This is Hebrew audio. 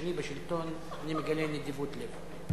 כשאני בשלטון אני מגלה נדיבות לב.